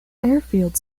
airfield